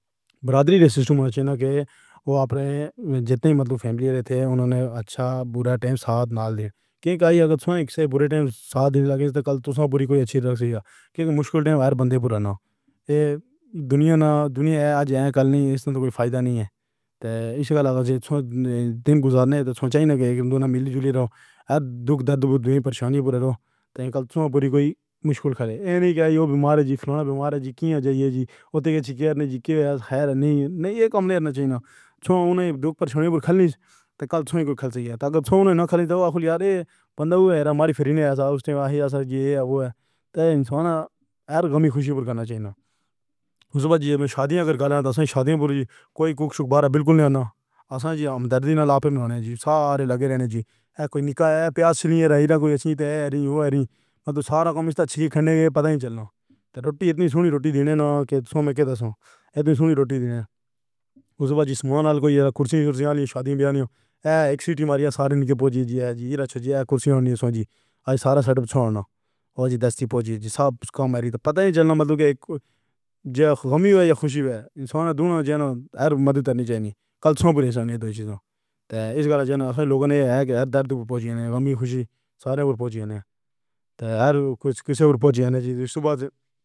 برادری رئیسیسٹ مچے نا کے او اپنے جیتے مطلب فیملی تھے، اُنہوں نے اچھا برا ٹائم ساتھ نال دین کاہی۔ اگر تُسے برے ٹائم ساتھ ہی لگے۔ کل تُسا کوئی اچھی لگ سیا۔ کیونکہ مشکل ٹائم بندے کو رہنا۔ ایہ دنیا نا دنیا آج کل نہیں ہے۔ کوئی فائدہ نہیں ہے۔ تو ایس گلہ کا دن گزارنے دی چاہ نہیں کہ دونوں مل جُل کے رہو۔ دکھ درد پریشانی پورا رہو۔ تیرے کل تُوں پوری کوئی مشکل ہے۔ ابھی وی کھلونا بیمار ہے جی دی چاہیے جی اُتّے جک نے جی دے حال نہیں نہیں ہے۔ کم نہیں ہونا اُس دکھ تے خالی تو کل کھل سے یا تو نا کھلے اَے بندہ ہو رہا ماری۔ پھر اُسی ہی دی ایہ او ہے تو انسان ہر غمی خوشی تے کرنا چاہیے۔ اُس دے بعد جیئں شادیاں کر رہا ہاں۔ شادی کوئی بدنام بلکل نہیں۔ جانا سازش کو پیاس نہیں رہی تو سارا کم اچھی کھلنایکا پتا ہی چلنا۔ روٹی ایݨی سونی روٹی دینے نا کہ دن روٹی دینا۔ اُس دے بعد سمال کرسی۔ شادی وچ اک سیٹ ماریا سارے رُکے پوجی جی زیرہ چھجیا کرسی نیوژت۔ سارا سیٹ اپ ہونا۔ دستی پوجی جی صاحب دا مرید پتا چلنا۔ مطلب کہ کوئی جائے۔ غمی ہے خوشی ہے۔ انسان دونوں ہے۔ روم وچ موڈی تݨی چینی کَلپنا پوری سنی دویج تو ایس گلہ جانے تے لوکاں نے ایہ کہا کہ درد دے پُچھݨے، غمی، خوشی سارے پُچھݨے تے کُجھ کِسے ہور پُچھݨے سے۔